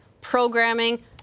programming